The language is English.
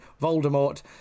voldemort